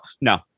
No